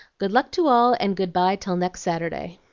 good luck to all, and good-by till next saturday.